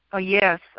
Yes